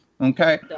Okay